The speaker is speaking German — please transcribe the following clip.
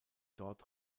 dort